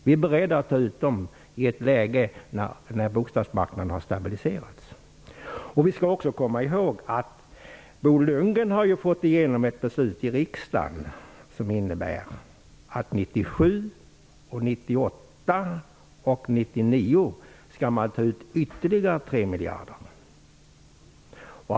Vi är beredda att ta ut dem i ett läge då bostadsmarknaden har stabiliserats. Vi skall också komma ihåg att Bo Lundgren har fått igenom ett beslut i riksdagen som innebär att man 1997, 1998 och 1999 skall ta ut ytterligare 3 miljarder.